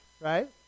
right